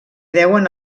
deuen